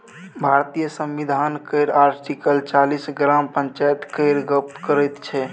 भारतीय संविधान केर आर्टिकल चालीस ग्राम पंचायत केर गप्प करैत छै